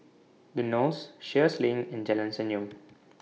The Knolls Sheares LINK and Jalan Senyum